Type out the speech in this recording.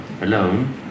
alone